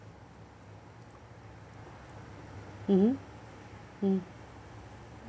mmhmm mm